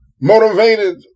motivated